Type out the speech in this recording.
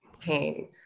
pain